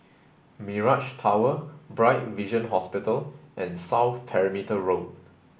Mirage Tower Bright Vision Hospital and South Perimeter Road